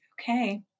Okay